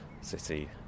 city